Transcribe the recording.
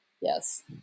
yes